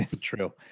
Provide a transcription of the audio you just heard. True